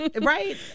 Right